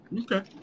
Okay